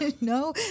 no